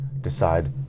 Decide